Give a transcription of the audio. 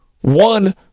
One